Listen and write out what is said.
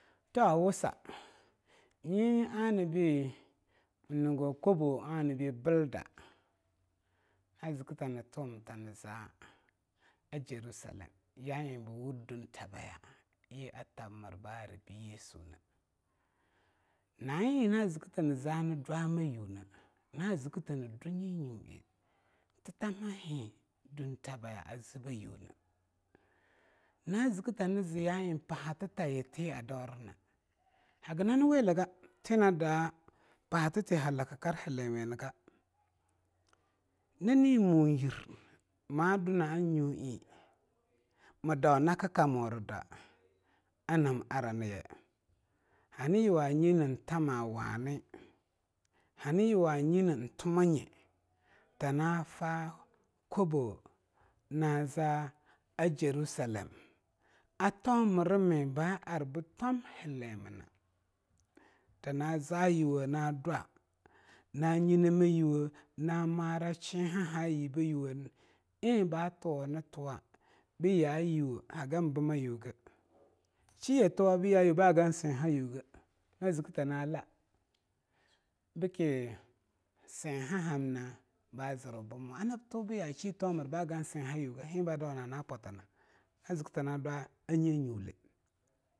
Tawo sa yi anabe ma nigo kobo ani be bilda na zikuta na za Jerusalem yaibu wur dutabaya yi a tab-mir ba aribu yessuna na ina zikita niza ni dwamayina zikita ni dwu nyi yueana na ziki ta nidwa tatamhahi dutabe a zibbe yuna, na zikita ni ze yaih pahatitayi a dauruna, haga nani wulaga tina dwa paha titi ha lakikar kwanwini ga nani mu yir ma du na nyuiz ma dau nakikamu rida, nam ara nanye hani yuwa yina tama wani hani yuwa yina intumanye ta na fa kobo na zaa Jerusalem a tomirimi ba arbe tom hilimina, tana za yuwo tana dwa na nyina mha yuwo na mara shihaya yibbea ayuwo ih ba tuwonituwa bu yayuwo hagin bima yuga shiye tuwo bu yayuwo ha gun sehayuga na zikitana lah, ke sehihamna ba zir wu bimwa bu hagan sehayu ga hiba dauna na photana na zikitana dwa yayuwo.